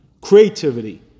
creativity